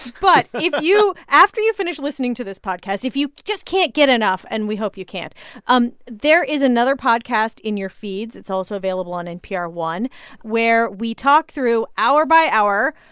but if you after you finish listening to this podcast, if you just can't get enough and we hope you can't um there is another podcast in your feeds it's also available on npr one where we talk through, hour by hour,